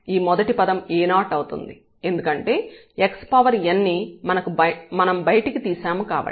ఈ మొదటి పదం a0 అవుతుంది ఎందుకంటే xn ని మనం బయటకు తీశాము కాబట్టి